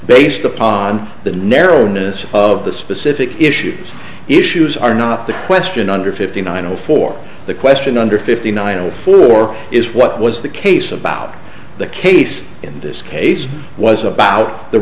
based upon the narrowness of the specific issues issues are not the question under fifty nine zero four the question under fifty nine zero four is what was the case about the case in this case was about the